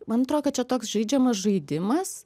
man atrodo kad čia toks žaidžiamas žaidimas